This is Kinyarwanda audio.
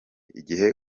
igihe